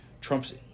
Trump's